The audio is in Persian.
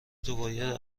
توباید